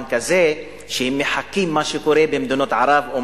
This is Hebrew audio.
הזה שהם מחקים את מה שקורה במדינות ערב.